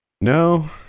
No